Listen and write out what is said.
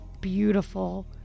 beautiful